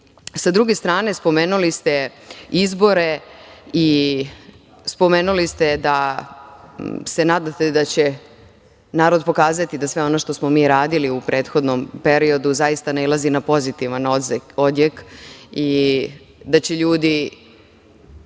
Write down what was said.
Sa druge strane, spomenuli ste izbore i spomenuli ste da se nadate da će narod pokazati da sve ono što smo mi radili u prethodnom periodu zaista nailazi na pozitivan odjek i da će ljudi